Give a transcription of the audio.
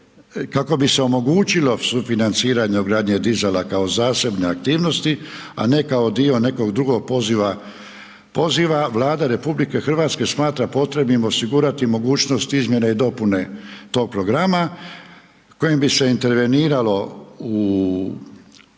kako bi se omogućilo sufinanciranje ugradnje dizala kao zasebne aktivnosti, a ne kao dio nekog drugog poziva, poziva Vlada RH smatra potrebnim osigurati mogućnost izmjene i dopune tog programa kojim bi se interveniralo u toj